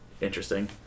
interesting